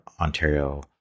Ontario